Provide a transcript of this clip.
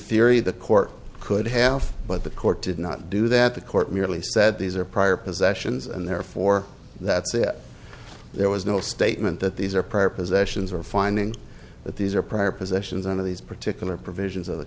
theory the court could have but the court did not do that the court merely said these are prior possessions and therefore that's it there was no statement that these are prior possessions or finding that these are prior positions on of these particular provisions of the